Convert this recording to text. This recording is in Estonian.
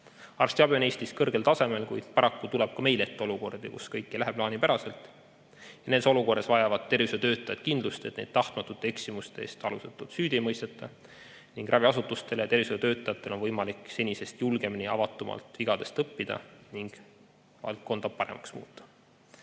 Arstiabi on Eestis kõrgel tasemel, kuid paraku tuleb ka meil ette olukordi, kus kõik ei lähe plaanipäraselt. Nendes olukorras vajavad tervishoiutöötajad kindlust, et neid tahtmatute eksimuste eest alusetult süüdi ei mõisteta, ning raviasutustel ja tervishoiutöötajatel on võimalik senisest julgemini ja avatumalt vigadest õppida ning valdkonda paremaks muuta.